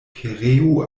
pereu